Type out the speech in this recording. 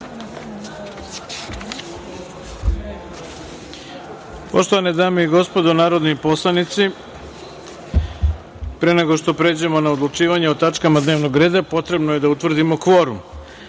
Poštovane dame i gospodo, narodni poslanici, pre nego što pređemo na odlučivanje o tačkama dnevnog reda potrebno je da utvrdio